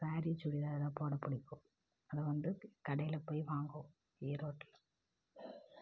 சாரீஸ் சுடிதார்தான் போட பிடிக்கும் அதைவந்து கடையில் போய் வாங்குவோம் ஈரோடுல